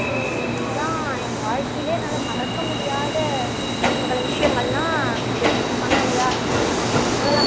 so இதுதான் என் வாழ்க்கைலயே என்னால் மறக்கமுடியாத சில பல விஷயங்கள்னா அது இப்போ சொன்னேயில்லையா அது தான் அவ்வளோ தான் ப்ரியா